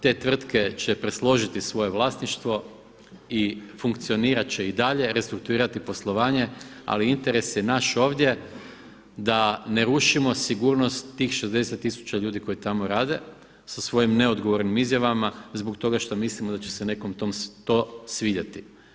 Te tvrtke će presložiti svoje vlasništvo i funkcionirati će i dalje, restruktuirati poslovanje ali interes je naš ovdje da ne rušimo sigurnost tih 60 tisuća ljudi koji tamo rade sa svojim neodgovornim izjavama zbog toga što mislim da će se nekome to svidjeti.